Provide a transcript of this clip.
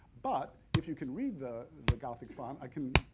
but if you can read the the gothic font, i can,